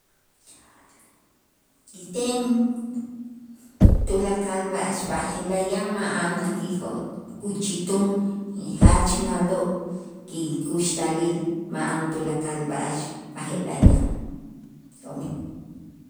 Kiten tulakal b'a'ax b'aje'laj yan ma'annajij jo' uchitun y jach ma'lo' kikuxtalil ma'an tulakal b'a'ax b'aje'laj yan. jo'mij